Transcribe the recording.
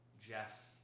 Jeff